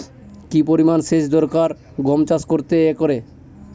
কি পরিমান সেচ দরকার গম চাষ করতে একরে?